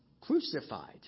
crucified